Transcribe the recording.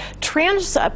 trans